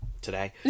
today